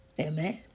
Amen